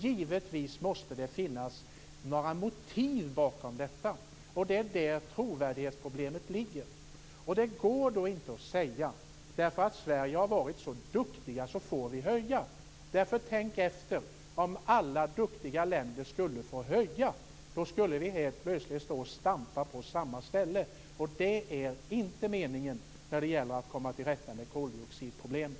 Givetvis måste det finnas några motiv bakom detta. Det är där trovärdighetsproblemet ligger. Det går inte att säga att eftersom Sverige har varit så duktigt får vi höja. Tänk efter: Om alla duktiga länder skulle få höja skulle vi plötsligt stå och stampa på samma ställe. Det är inte meningen när det gäller att komma till rätta med koldioxidproblemen.